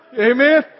Amen